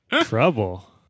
Trouble